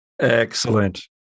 excellent